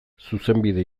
zuzenbide